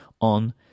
on